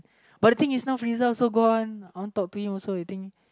but the thing is now Friza also gone I want to talk to him also you think